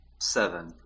Seven